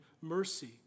mercy